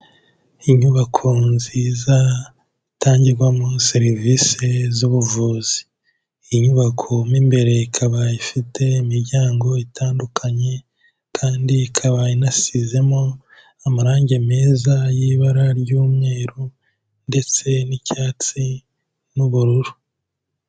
Inyubako nziza itangirwamo serivisi z'ubuvuzi, inyubako mo imbere ikaba ifite imiryango itandukanye, kandi ikaba inasizemo amarangi meza y'ibara ry'umweru ndetse n'icyatsi n'ubururu.